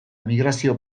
migrazio